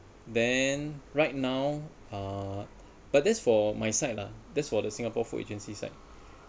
then right now uh but that's for my side lah that's for the singapore food agency side